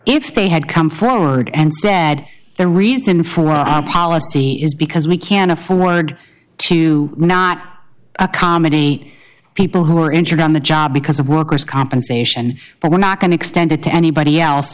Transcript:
if they had come forward and said the reason for our policy is because we can't afford to not accommodate people who are injured on the job because of workers compensation but we're not going to extend it to anybody else